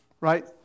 right